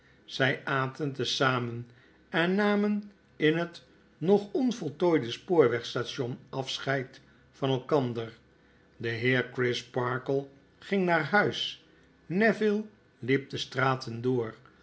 zij aten te zamen en namen in het nog on voltooide spoor weg staton afscheid van elkander de heer crisparkle ging naar huis neville liep de straten door